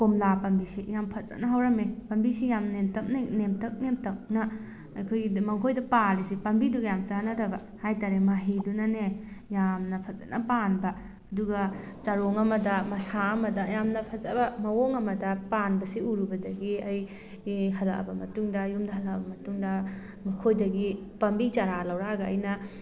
ꯀꯣꯝꯂꯥ ꯄꯥꯝꯕꯤꯁꯤ ꯌꯥꯝ ꯐꯖꯅ ꯍꯧꯔꯃꯃꯤ ꯄꯥꯝꯕꯤꯁꯤ ꯌꯥꯝ ꯅꯦꯝꯇꯛꯅ ꯅꯦꯝꯇꯛ ꯅꯦꯝꯇꯛꯅ ꯑꯩꯈꯣꯏꯒꯤ ꯃꯈꯣꯏꯗ ꯄꯥꯜꯂꯤꯁꯦ ꯄꯥꯝꯕꯤꯗꯨꯒ ꯌꯥꯃ ꯆꯥꯟꯅꯗꯕ ꯍꯥꯏꯇꯥꯔꯦ ꯃꯍꯩꯗꯨꯅꯅꯦ ꯌꯥꯝꯅ ꯐꯖꯅ ꯄꯥꯟꯕ ꯑꯗꯨꯒ ꯆꯔꯣꯡ ꯑꯃꯗ ꯃꯁꯥ ꯑꯃꯗ ꯌꯥꯝꯅ ꯐꯖꯕ ꯃꯑꯣꯡ ꯑꯃꯗ ꯄꯥꯟꯕꯁꯤ ꯎꯔꯨꯕꯗꯒꯤ ꯑꯩ ꯍꯂꯛꯑꯕ ꯃꯇꯨꯡꯗ ꯌꯨꯝꯗ ꯍꯂꯛꯑꯕ ꯃꯇꯨꯡꯗ ꯃꯈꯣꯏꯗꯒꯤ ꯄꯥꯝꯕꯤ ꯆꯥꯔꯥ ꯂꯧꯔꯛꯑꯒ ꯑꯩꯅ